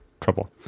trouble